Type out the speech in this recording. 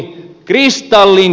ei käy